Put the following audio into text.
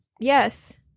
yes